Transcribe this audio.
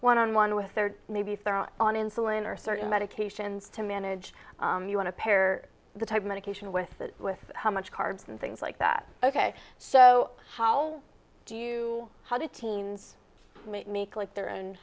one on one with their maybe throw on insulin or certain medications to manage you want to pair the type medication with with how much carbs and things like that ok so how do you how did teens make like their own